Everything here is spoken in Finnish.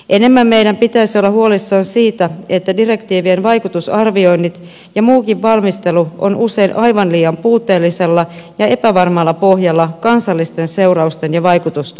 enemmän meidän pitäisi olla huolissaan siitä että direktiivien vaikutusarvioinnit ja muukin valmistelu ovat usein aivan liian puutteellisella ja epävarmalla pohjalla kansallisten seurausten ja vaikutusten osalta